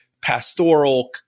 pastoral